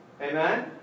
Amen